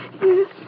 Yes